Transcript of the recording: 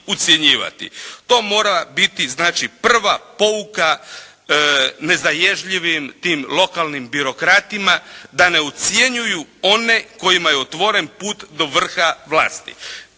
To mora biti znači prva pouka nezaježljivim tim lokalnim birokratima da ne ucjenjuju one kojima je otvoren put do vrha vlasti.